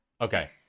okay